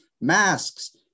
masks